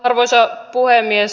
arvoisa puhemies